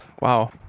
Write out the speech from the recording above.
Wow